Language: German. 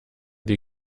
die